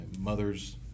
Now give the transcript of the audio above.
mother's